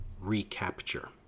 recapture